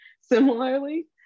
similarly